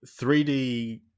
3D